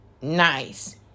nice